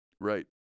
Right